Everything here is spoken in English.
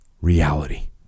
reality